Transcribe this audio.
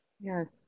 Yes